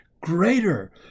greater